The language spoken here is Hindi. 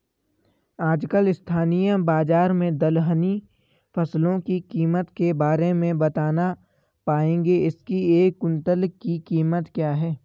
आजकल स्थानीय बाज़ार में दलहनी फसलों की कीमत के बारे में बताना पाएंगे इसकी एक कुन्तल की कीमत क्या है?